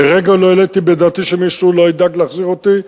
לרגע לא העליתי בדעתי שמישהו לא ידאג להחזיר אותי,